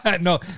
No